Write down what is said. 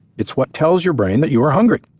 it's what tells your brain that you are hungry.